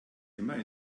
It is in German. immer